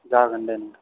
जागोन दे